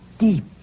Deep